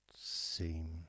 seem